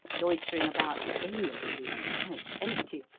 loitering about aimlessly and quite empty,